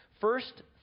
First